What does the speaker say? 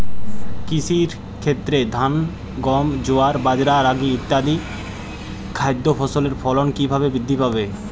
কৃষির ক্ষেত্রে ধান গম জোয়ার বাজরা রাগি ইত্যাদি খাদ্য ফসলের ফলন কীভাবে বৃদ্ধি পাবে?